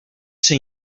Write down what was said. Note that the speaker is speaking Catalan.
ser